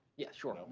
yeah. sure. um